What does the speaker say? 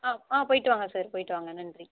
ஆ ஆ போய்ட்டு வாங்க சார் போய்ட்டு வாங்க நன்றி